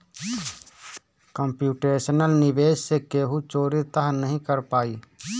computational निवेश से केहू चोरी तअ नाही कर पाई